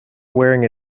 wearing